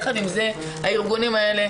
יחד עם זאת, הארגונים האלה